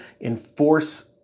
enforce